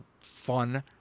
fun